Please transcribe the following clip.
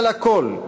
אבל הכול,